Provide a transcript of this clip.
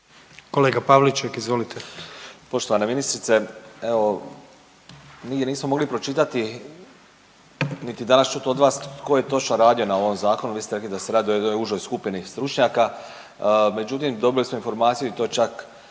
suverenisti)** Poštovana ministrice, evo nigdje nismo mogli pročitati niti danas čuti od vas tko je točno radio na ovom zakonu. Vi ste rekli da se radi o jednoj užoj skupini stručnjaka, međutim dobili smo informaciju i to čak